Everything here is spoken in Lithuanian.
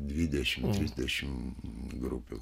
dvidešimt trisdešimt grupių